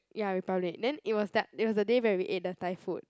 ya with Republic then it was that it was the day where we ate the Thai food